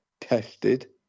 tested